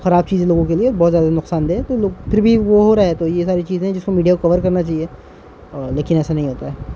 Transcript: خراب چیزیں لوگوں کے لیے بہت زیادہ نقصان دہ ہے تو لوگ پھر بھی وہ ہو رہا ہے تو یہ ساری چیزیں جس کو میڈیا کو کور کرنا چاہیے لیکن ایسا نہیں ہوتا ہے